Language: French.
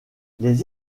les